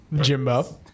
Jimbo